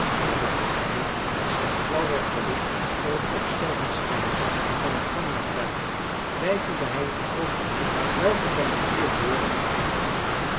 op het portaal dat slechts flauw werd verlicht door het opstijgend schijnsel van het gang lantarentje weifelde hij een oogenblik welke van de vier deuren te kiezen